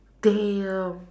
damn